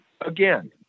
again